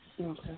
Okay